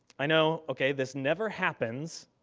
i know okay, this never happens,